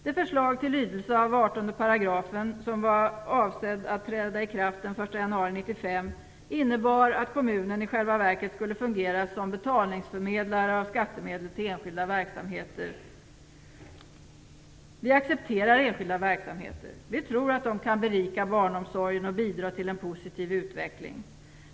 Det förslag till lydelse av 18 § som var avsedd att träda i kraft den 1 januari 1995 innebar att kommunen i själva verket skulle fungera som betalningsförmedlare av skattemedel till enskilda verksamheter. Vi accepterar enskilda verksamheter. Vi tror att de kan berika barnomsorgen och bidra till en positiv utveckling.